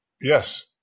Yes